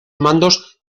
mandos